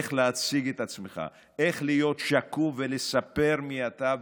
איך להציג את עצמך, איך להיות שקוף ולספר מי אתה.